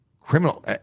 criminal